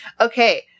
Okay